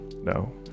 No